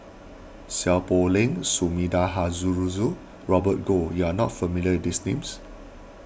Seow Poh Leng Sumida Haruzo and Robert Goh you are not familiar with these names